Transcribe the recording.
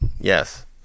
yes